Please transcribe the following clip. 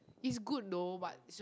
is good though but